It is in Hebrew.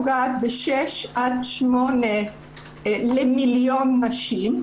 ב-6-8 למיליון נשים,